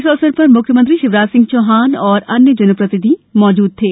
इस अवसर पर म्ख्यमंत्री शिवराज सिंह चौहान और अन्य जन प्रतिनिधि उपस्थित थे